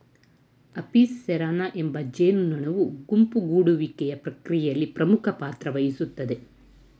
Apis ಸೆರಾನಾ ಎಂಬ ಜೇನುನೊಣವು ಗುಂಪು ಗೂಡುವಿಕೆಯ ಪ್ರಕ್ರಿಯೆಯಲ್ಲಿ ಪ್ರಮುಖ ಪಾತ್ರವಹಿಸ್ತದೆ